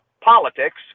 politics